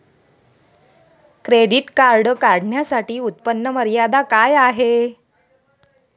Credit card काढण्यासाठी उत्पन्न मर्यादा काय आहे?